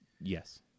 Yes